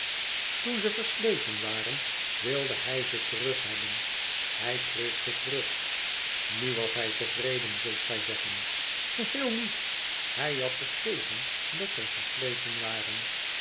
toen ze versleten waren wilde hij ze terug hebben hij kreeg ze terug nu was hij tevreden zult gij zeggen geheel niet hij had er tegen dat zij versleten wai